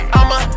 I'ma